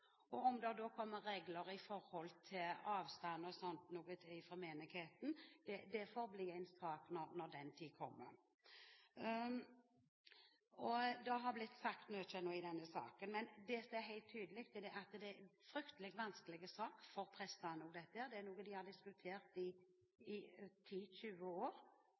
Om det da kommer regler med hensyn til avstand og slike ting fra menigheten, får det bli en sak når den tid kommer. Det har blitt sagt mye nå i denne saken, men det som er helt tydelig, er at det er en fryktelig vanskelig sak for prestene. Dette med boplikten er noe de har diskutert i